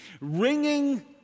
ringing